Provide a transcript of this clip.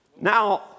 Now